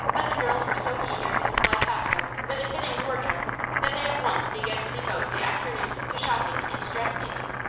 but the girls were so eager to supply tato with a fitting wardrobe that they at once began to devote the afternoons to shopping and dress-making.